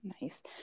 nice